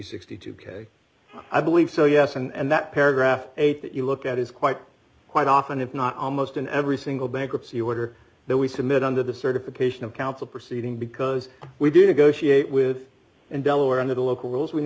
sixty two k i believe so yes and that paragraph eight that you look at is quite quite often if not almost in every single bankruptcy order that we submit under the certification of counsel proceeding because we did a go she ate with and delaware under the local rules w